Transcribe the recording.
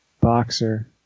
Boxer